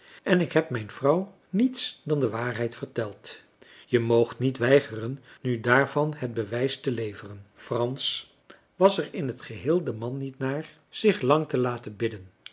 en ik heb mijn vrouw niets dan de waarheid verteld je moogt niet weigeren nu daarvan het bewijs te leveren frans was er in het geheel de man niet naar zich lang te laten bidden